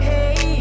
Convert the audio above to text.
Hey